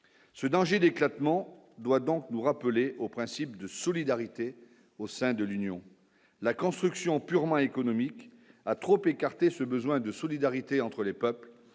Ce danger d'éclatement doit donc nous rappeler au principe de solidarité au sein de l'Union, la construction purement économique à trop écarté ce besoin de solidarité entre les peuples,